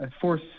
force